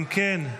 אם כן,